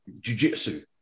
jujitsu